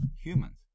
humans